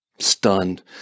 Stunned